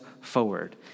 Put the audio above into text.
forward